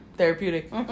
therapeutic